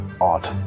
odd